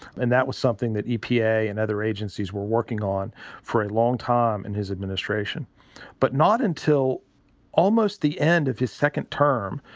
and that was something that epa and other agencies were working on for a long time in his administration but not until almost the end of his second term.